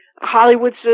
Hollywood's